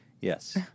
Yes